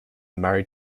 married